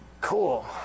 Cool